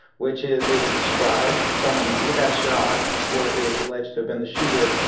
which is they will describe someone who either got shot or is alleged to have been the shooter.